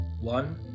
One